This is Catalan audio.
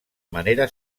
manera